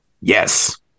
yes